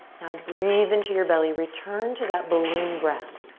now breathe into your belly. return to that balloon breath.